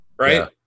Right